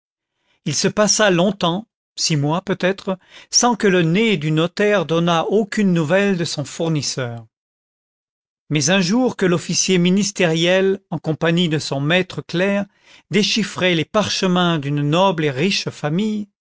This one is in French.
il se passa longtemps six mois peut-être sans que le nez du notaire donnât aucune nouvelle de son fournisseur mais un jour que l'officier ministériel en compagnie de son maître clerc déchiffrait les parchemins d'une noble et riche famille